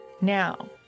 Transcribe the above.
Now